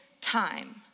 time